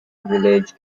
village